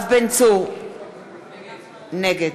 נגד